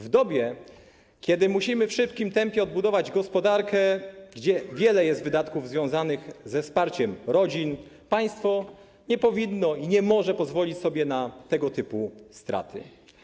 W dobie, kiedy musimy w szybkim tempie odbudować gospodarkę, gdzie wiele jest wydatków związanych ze wsparciem rodzin, państwo nie powinno i nie może pozwolić sobie na tego typu straty.